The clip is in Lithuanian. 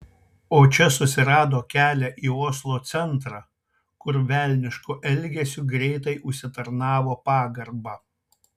o čia susirado kelią į oslo centrą kur velnišku elgesiu greitai užsitarnavo pagarbą